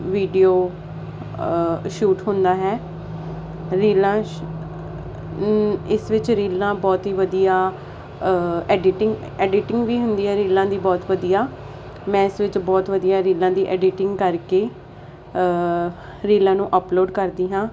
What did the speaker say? video shoot ਹੁੰਦਾ ਹੈ ਰੀਲਾਂ ਇਸ ਵਿੱਚ ਰੀਲਾਂ ਬਹੁਤ ਹੀ ਵਧੀਆ ਐਡੀਟਿੰਗ ਐਡੀਟਿੰਗ ਵੀ ਹੁੰਦੀ ਆ ਰੀਲਾਂ ਦੀ ਬਹੁਤ ਵਧੀਆ ਮੈਂ ਇਸ ਵਿੱਚ ਬਹੁਤ ਵਧੀਆ ਰੀਲਾਂ ਦੀ ਐਡੀਟਿੰਗ ਕਰਕੇ ਰੀਲਾਂ ਨੂੰ ਅਪਲੋਡ ਕਰਦੀ ਹਾਂ